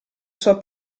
sua